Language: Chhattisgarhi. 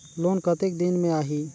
लोन कतेक दिन मे आही?